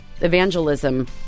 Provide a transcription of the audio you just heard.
evangelism